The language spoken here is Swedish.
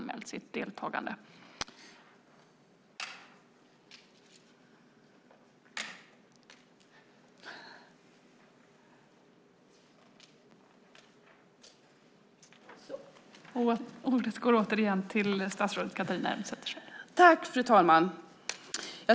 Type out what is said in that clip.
Fru talman!